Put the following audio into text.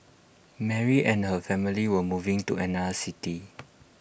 Mary and her family were moving to another city